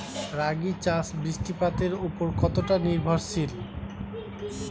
রাগী চাষ বৃষ্টিপাতের ওপর কতটা নির্ভরশীল?